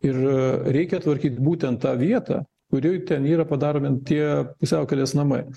ir reikia tvarkyt būtent tą vietą kurioj ten yra padaromi tie pusiaukelės namai